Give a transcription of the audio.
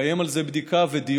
נקיים על זה בדיקה ודיון.